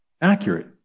accurate